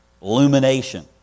illumination